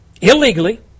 illegally